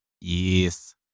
Yes